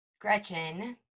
Gretchen